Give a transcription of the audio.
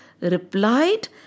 replied